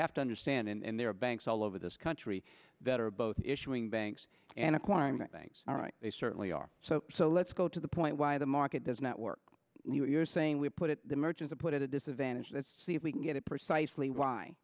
have to understand and there are banks all over this country that are both issuing banks and acquiring the banks all right they certainly are so so let's go to the point why the market does not work you're saying we put it the merchants put it a disadvantage let's see if we can get it precisely why